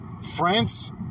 France